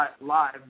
live